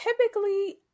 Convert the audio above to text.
typically